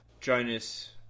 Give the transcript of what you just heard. Jonas